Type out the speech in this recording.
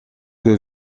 que